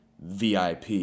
VIP